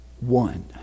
one